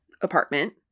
apartment